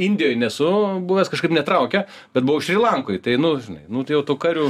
indijoj nesu buvęs kažkaip netraukia bet buvau šri lankoj tai nu žinai nu tai jau tų karių